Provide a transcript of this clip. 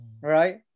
Right